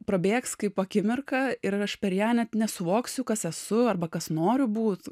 prabėgs kaip akimirka ir ir aš per ją net nesuvoksiu kas esu arba kas noriu būt